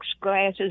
glasses